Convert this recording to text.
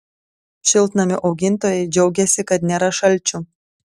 šiltnamių augintojai džiaugiasi kad nėra šalčių